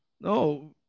No